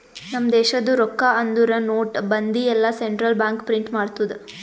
ನಮ್ ದೇಶದು ರೊಕ್ಕಾ ಅಂದುರ್ ನೋಟ್, ಬಂದಿ ಎಲ್ಲಾ ಸೆಂಟ್ರಲ್ ಬ್ಯಾಂಕ್ ಪ್ರಿಂಟ್ ಮಾಡ್ತುದ್